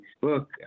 book